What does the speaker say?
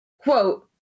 quote